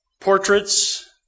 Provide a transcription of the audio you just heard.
portraits